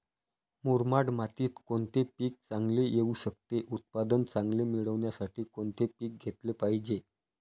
मुरमाड मातीत कोणते पीक चांगले येऊ शकते? उत्पादन चांगले मिळण्यासाठी कोणते पीक घेतले पाहिजे?